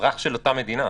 אזרח של אותה מדינה?